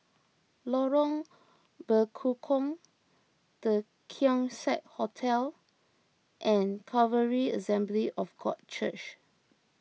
Lorong Bekukong the Keong Saik Hotel and Calvary Assembly of God Church